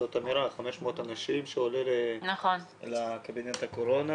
זאת אמירה, 500 אנשים שעולה לקבינט הקורונה.